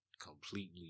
completely